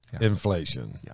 inflation